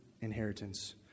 inheritance